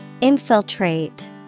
Infiltrate